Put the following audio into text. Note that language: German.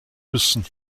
wissen